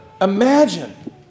imagine